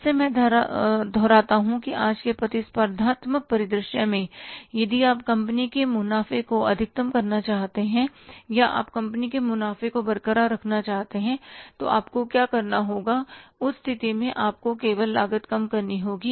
फिर से मैं दोहराता हूं कि आज के प्रतिस्पर्धात्मक परिदृश्य में यदि आप कंपनी के मुनाफे को अधिकतम करना चाहते हैं या आप कंपनी के मुनाफे को बरकरार रखना चाहते हैं तो आपको क्या करना होगा उस स्थिति में आपको केवल लागत कम करनी होगी